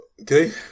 Okay